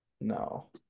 No